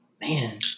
man